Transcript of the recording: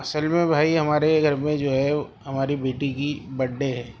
اصل میں بھائی ہمارے گھر میں جو ہے ہماری بیٹی کی بڈے ہے